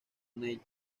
neil